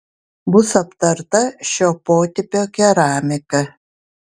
bus aptarta šio potipio keramika